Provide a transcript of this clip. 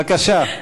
בבקשה.